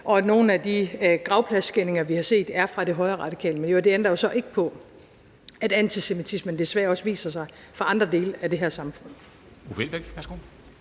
og nogle af de gravskændinger, vi har set, er blevet begået af folk fra det højreradikale miljø. Det ændrer jo så ikke på, at antisemitismen desværre også viser sig fra andre dele af det her samfund.